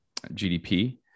GDP